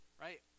right